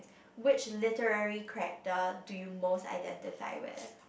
which literary character do you most identify with